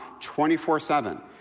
24-7